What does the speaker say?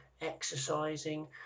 exercising